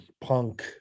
punk